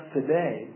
today